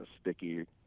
sticky